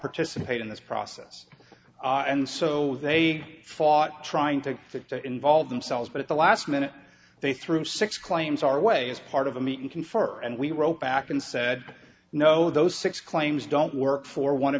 participate in this process and so they fought trying to get to involve themselves but at the last minute they threw six claims our way as part of the meeting confer and we wrote back and said no those six claims don't work for one o